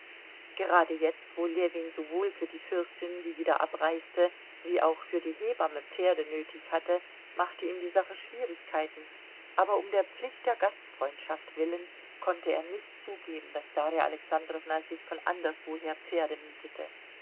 gerade jetzt wo ljewin sowohl für die fürstin die wieder abreiste wie auch für die hebamme pferde nötig hatte machte ihm die sache schwierigkeiten aber um der pflicht der gastfreundschaft willen konnte er nicht zugeben daß darja alexandrowna sich von anderswoher pferde mietete